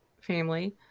family